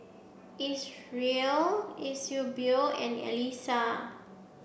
Isreal Eusebio and Elissa